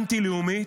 אנטי-לאומית,